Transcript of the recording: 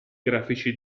grafici